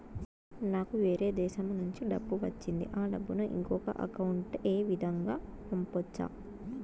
నాకు వేరే దేశము నుంచి డబ్బు వచ్చింది ఆ డబ్బును ఇంకొక అకౌంట్ ఏ విధంగా గ పంపొచ్చా?